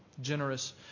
Generous